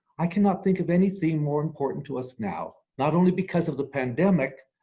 i cannot think of anything more important to us now, not only because of the pandemic.